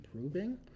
improving